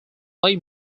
play